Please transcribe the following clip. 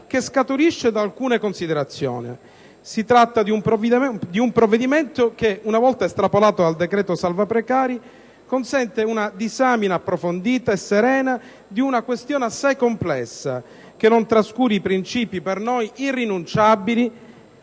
che scaturisce da alcune considerazioni. Si tratta di un provvedimento che, una volta estrapolato dal decreto salva-precari, consente una disamina approfondita e serena di una questione assai complessa, che non trascuri i principi, per noi irrinunciabili,